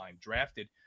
drafted